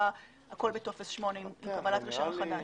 הכול בטופס 8 עם קבלת רישיון חדש.